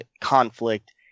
conflict